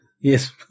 Yes